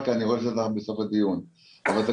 את יודעת את הבדיחות שרצות --- אל תצעקי.